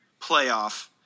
playoff